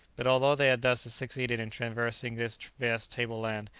but although they had thus succeeded in traversing this vast table-land,